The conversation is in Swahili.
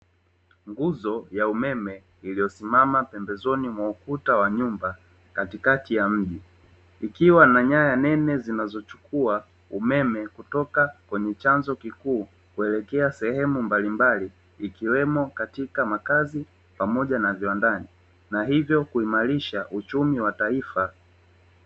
Nguzo ya umeme iliyo simama pembezoni mwa ukuta inatoa umeme sehemu moja kwenda